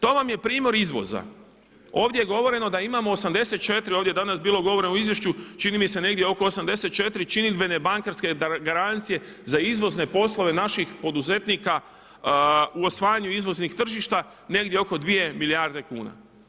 To vam je primjer izvoza, ovdje je govoreno da imamo 84 ovdje je danas bilo govora u izvješću čini mi se negdje oko 84 činidbene bankarske garancije za izvozne poslove naših poduzetnika u osvajanju izvoznih tržišta negdje oko 2 milijarde kuna.